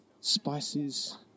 Spices